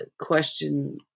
question